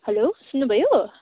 hello सुन्नुभयो